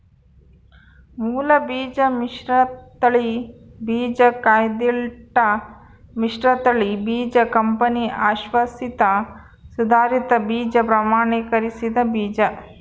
ಮೂಲಬೀಜ ಮಿಶ್ರತಳಿ ಬೀಜ ಕಾಯ್ದಿಟ್ಟ ಮಿಶ್ರತಳಿ ಬೀಜ ಕಂಪನಿ ಅಶ್ವಾಸಿತ ಸುಧಾರಿತ ಬೀಜ ಪ್ರಮಾಣೀಕರಿಸಿದ ಬೀಜ